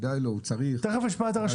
הוא צריך -- תכף נשמע את הרשתות.